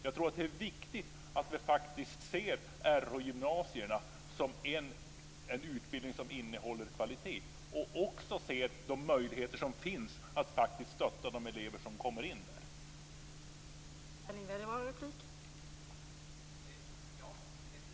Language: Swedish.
Jag tror att det är viktigt att vi ser Rh-gymnasierna som en utbildning som innehåller kvalitet och att vi också ser de möjligheter som finns att stötta de elever som kommer in där.